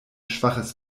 schwaches